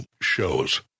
shows